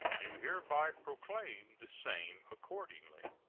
do hereby proclaim the same accordingly.